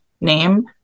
name